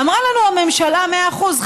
אמרה לנו הממשלה: מאה אחוז,